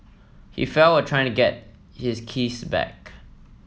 he fell while trying to get his keys back